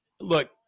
look